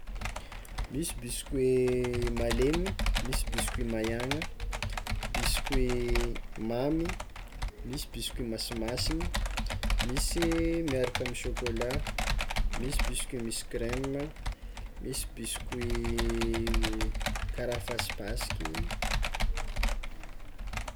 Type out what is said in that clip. Misy biscuit malemy, misy biscuit mahiagna, biscuit mamy, misy biscuit masimasiny misy miaraka amy chocolat, misy biscuit misy crema, misy biscuit kara fasipasiky.